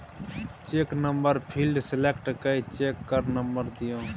cheque number field select कए check केर number दियौ